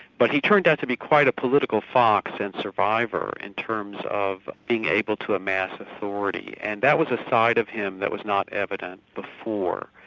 but he turned out to be quite a political fox and survivor, in and terms of being able to amass authority. and that was a side of him that was not evident but before.